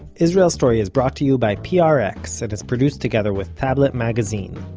israel story is brought to you by prx and is produced together with tablet magazine.